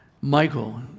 Michael